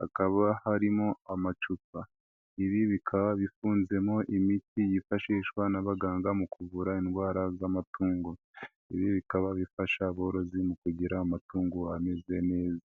hakaba harimo amacupa ibi bikaba bifunzemo imiti yifashishwa n'abaganga mu kuvura indwara z'amatungo. Ibi bikaba bifasha aborozi mu kugira amatungo ameze neza.